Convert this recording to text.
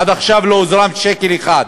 עד עכשיו לא הוזרם שקל אחד.